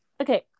Okay